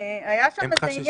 היה שם איזה עניין